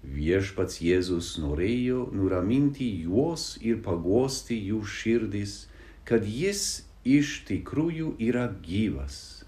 viešpats jėzus norėjo nuraminti juos ir paguosti jų širdys kad jis iš tikrųjų yra gyvas